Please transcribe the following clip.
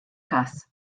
każ